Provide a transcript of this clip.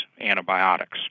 antibiotics